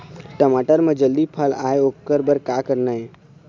टमाटर म जल्दी फल आय ओकर बर का करना ये?